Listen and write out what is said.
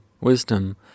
wisdom